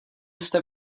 jste